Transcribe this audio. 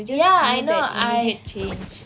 ya I know I